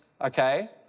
okay